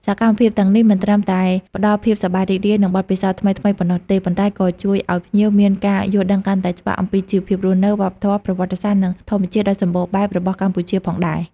សកម្មភាពទាំងនេះមិនត្រឹមតែផ្តល់ភាពសប្បាយរីករាយ និងបទពិសោធន៍ថ្មីៗប៉ុណ្ណោះទេ ប៉ុន្តែក៏ជួយឲ្យភ្ញៀវមានការយល់ដឹងកាន់តែច្បាស់អំពីជីវភាពរស់នៅ វប្បធម៌ ប្រវត្តិសាស្ត្រ និងធម្មជាតិដ៏សម្បូរបែបរបស់កម្ពុជាផងដែរ។